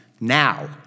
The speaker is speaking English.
Now